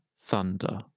thunder